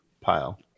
pile